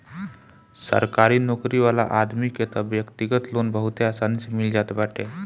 सरकारी नोकरी वाला आदमी के तअ व्यक्तिगत लोन बहुते आसानी से मिल जात बाटे